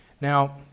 Now